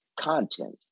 content